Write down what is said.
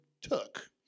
took